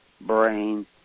brain